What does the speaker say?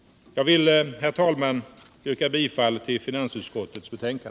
Jag vill, herr talman, yrka bifall till finansutskottets hemställan.